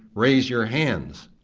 raise your hands.